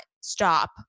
stop